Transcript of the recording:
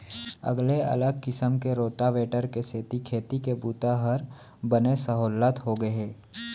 अगले अलग किसम के रोटावेटर के सेती खेती के बूता हर बने सहोल्लत होगे हे